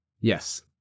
Yes